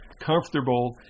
comfortable